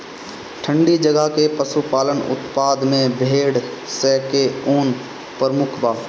ठंडी जगह के पशुपालन उत्पाद में भेड़ स के ऊन प्रमुख बा